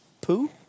poo